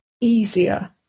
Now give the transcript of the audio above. easier